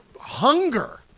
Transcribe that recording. hunger